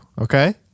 okay